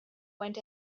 went